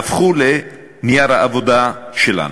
יהפכו לנייר העבודה שלנו.